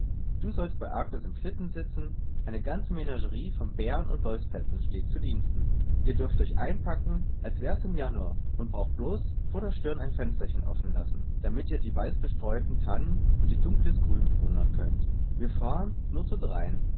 du sollst bei agnes im schlitten sitzen eine ganze menagerie von bären und wolfspelzen steht zu diensten ihr dürft euch einpacken als wär's im januar und braucht bloß vor der stirn ein fensterchen offen lassen damit ihr die weißbestreuten tannen und ihr dunkles grün bewundern könnt wir fahren nur zu dreien